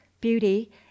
beauty